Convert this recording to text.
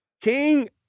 King